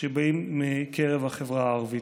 שבאים מקרב החברה הערבית.